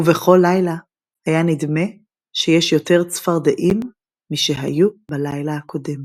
ובכל לילה היה נדמה שיש יותר צפרדעים משהיו בלילה הקודם.